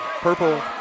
purple